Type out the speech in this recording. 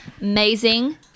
amazing